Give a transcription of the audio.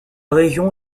région